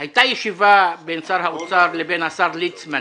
לאחרונה הייתה ישיבה של שר האוצר וסגן השר ליצמן